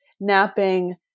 napping